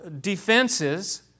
defenses